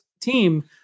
team